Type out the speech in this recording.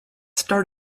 start